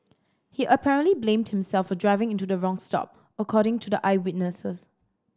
he apparently blamed himself for driving into the wrong stop according to the eyewitnesses